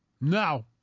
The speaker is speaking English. now